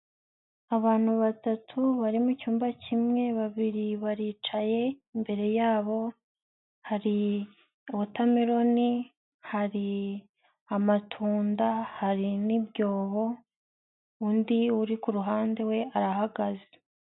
Abantu batatu bari mu cyumba kimwe, babiri baricaye, imbere yabo hari wotamelino, hari amatunda, hari n'ibyobo, undi uri ku ruhande we arahagaze.